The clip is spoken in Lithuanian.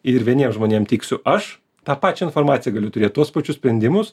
ir vieniem žmonėm tiksiu aš tą pačią informaciją galiu turėt tuos pačius sprendimus